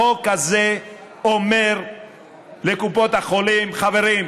החוק הזה אומר לקופת החולים: חברים,